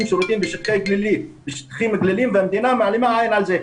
שירותים בשטחים גליליים והמדינה מעלימה עין על זה.